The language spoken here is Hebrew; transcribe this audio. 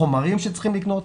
חומרים שצריכים לקנות,